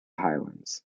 highlands